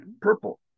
Purple